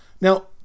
Now